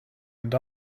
and